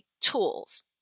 tools